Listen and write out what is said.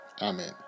Amen